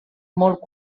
molt